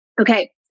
Okay